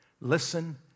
Listen